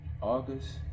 August